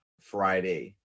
Friday